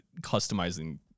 customizing